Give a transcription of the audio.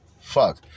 Fuck